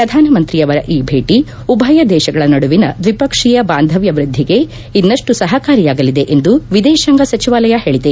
ಶ್ರಧಾನಮಂತ್ರಿಯವರ ಈ ಭೇಟ ಉಭಯ ದೇಶಗಳ ನಡುವಿನ ದ್ವಿಪಕ್ಷೀಯ ಬಾಂಧವ್ಯ ವ್ಯದ್ಲಿಗೆ ಇನ್ನಷ್ಟು ಸಪಕಾರಿಯಾಗಲಿದೆ ಎಂದು ವಿದೇಶಾಂಗ ಸಚಿವಾಲಯ ಹೇಳಿದೆ